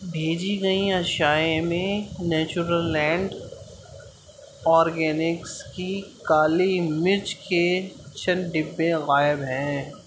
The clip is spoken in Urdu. بھیجی گئی اشیاء میں نیچرل لینڈ آرگینکس کی کالی مرچ کے چند ڈبے غائب ہیں